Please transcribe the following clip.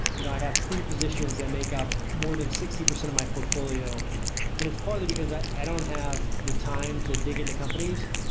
you know i have three positions that make up more than sixty percent of my portfolio and it's partly because i don't have the time to dig into companies,